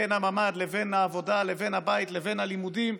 בין הממ"ד לבין העבודה לבין הבית לבין הלימודים.